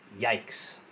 Yikes